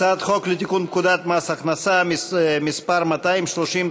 הצעת חוק לתיקון פקודת מס הכנסה (מס' 230),